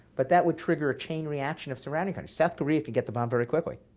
but that would trigger a chain reaction of surrounding countries. south korea could get the bomb very quickly.